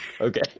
Okay